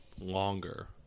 longer